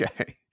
Okay